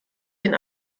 den